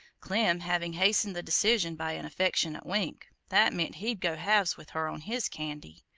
clem having hastened the decision by an affectionate wink, that meant he'd go halves with her on his candy.